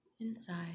inside